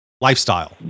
lifestyle